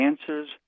answers